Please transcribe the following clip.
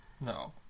No